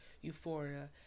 euphoria